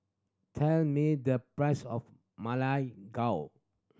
tell me the price of Ma Lai Gao